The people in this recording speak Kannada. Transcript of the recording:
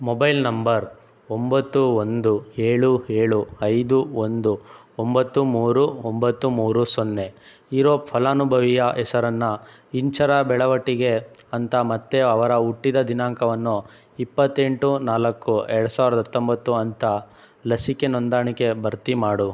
ಮೊಬೈಲ್ ನಂಬರ್ ಒಂಬತ್ತು ಒಂದು ಏಳು ಏಳು ಐದು ಒಂದು ಒಂಬತ್ತು ಮೂರು ಒಂಬತ್ತು ಮೂರು ಸೊನ್ನೆ ಇರೋ ಫಲಾನುಭವಿಯ ಹೆಸರನ್ನ ಇಂಚರ ಬೆಳವಟಗಿ ಅಂತ ಮತ್ತೆ ಅವರ ಹುಟ್ಟಿದ ದಿನಾಂಕವನ್ನು ಇಪ್ಪತ್ತೆಂಟು ನಾಲ್ಕು ಎರಡು ಸಾವಿರದ ಹತ್ತೊಂಬತ್ತು ಅಂತ ಲಸಿಕೆ ನೋಂದಾಣಿಕೆ ಭರ್ತಿ ಮಾಡು